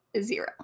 zero